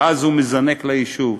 ואז הוא מזנק ליישוב.